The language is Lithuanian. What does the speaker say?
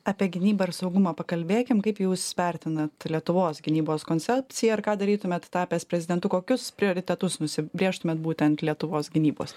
apie gynybą ir saugumą pakalbėkim kaip jūs vertinat lietuvos gynybos koncepciją ir ką darytumėt tapęs prezidentu kokius prioritetus nusibrėžtumėt būtent lietuvos gynybos